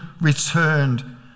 returned